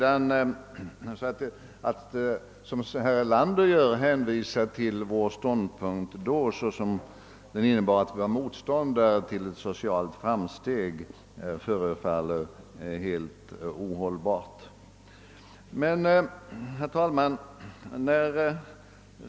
Att som herr Erlander påstå att vår ståndpunkt då innebar att vi var motståndare till det sociala framsteg tilläggspensionering innebär är helt grundlöst. Herr talman!